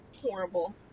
horrible